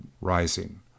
rising